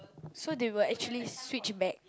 so they were actually switched back